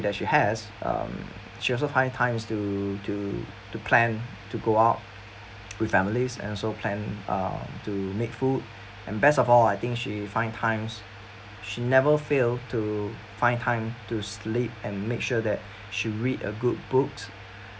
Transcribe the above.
that she has um she also find times to to to plan to go out with families and also plan uh to make food and best of all I think she find times she never fail to find time to sleep and make sure that she read a good books